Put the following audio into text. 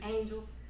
angels